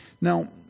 Now